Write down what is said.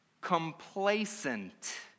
complacent